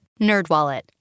NerdWallet